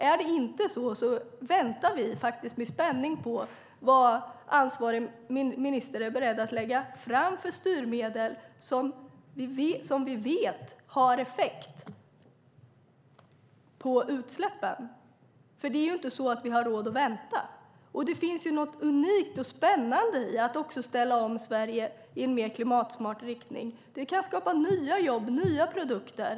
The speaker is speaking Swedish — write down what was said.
Är det inte så väntar vi med spänning på vad ansvarig minister är beredd att lägga fram för förslag om styrmedel som vi vet har effekt på utsläppen. Det är inte så att vi har råd att vänta. Det finns något unikt och spännande i att ställa om Sverige i klimatsmart riktning. Det kan skapa nya jobb och nya produkter.